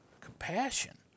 compassion